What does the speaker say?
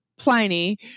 Pliny